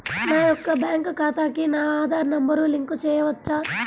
నా యొక్క బ్యాంక్ ఖాతాకి నా ఆధార్ నంబర్ లింక్ చేయవచ్చా?